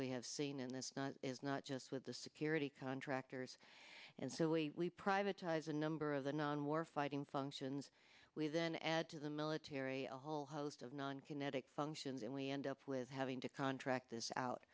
we have seen in this not is not just with the security contractors and so we privatized a number of the non warfighting functions we then add to the military a whole host of non kinetic functions and we end up with having to contract this out